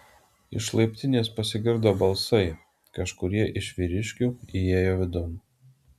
iš laiptinės pasigirdo balsai kažkurie iš vyriškių įėjo vidun